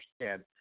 understand